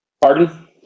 Pardon